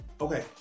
okay